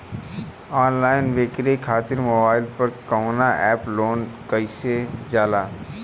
Online बिक्री खातिर mobile पर कवना एप्स लोन कईल जाला?